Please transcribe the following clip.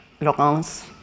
Laurence